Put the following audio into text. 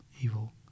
evil